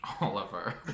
Oliver